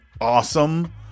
Awesome